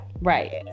right